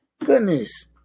Goodness